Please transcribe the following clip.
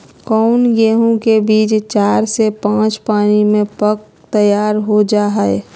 कौन गेंहू के बीज चार से पाँच पानी में पक कर तैयार हो जा हाय?